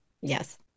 Yes